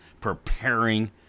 preparing